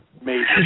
Amazing